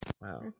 Wow